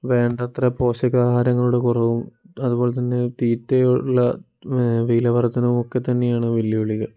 വേണ്ടത്ര പോഷകാഹാരങ്ങളുടെ കുറവും അതുപോലെതന്നെ തീറ്റയ്ക്കുള്ള വിലവര്ദ്ധനയുമൊക്കെ തന്നെയാണ് വെല്ലുവിളികൾ